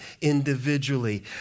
individually